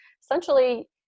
essentially